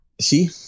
See